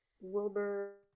Wilbur